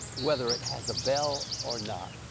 whether it has a bell, or not.